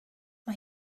mae